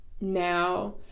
now